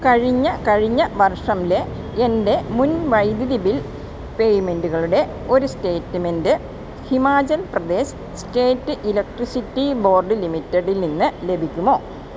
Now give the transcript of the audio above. കഴിഞ്ഞ കഴിഞ്ഞ വർഷത്തിലെ എൻ്റെ മുൻ വൈദ്യുതി ബിൽ പേയ്മെൻ്റുകളുടെ ഒരു statement Himachal Pradesh state electricity board ലിമിറ്റഡിൽ നിന്ന് ലഭിക്കുമോ